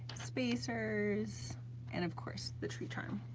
spacers and of course the tree charm.